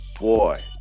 Boy